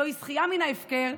זה זכייה מן ההפקר.